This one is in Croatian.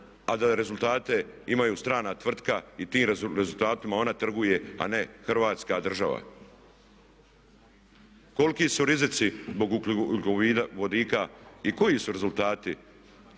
a da rezultate imaju strana tvrtka i tim rezultatima ona trguje a ne Hrvatska država? Koliki su rizici zbog ugljikovodika i koji su rezultati